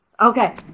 Okay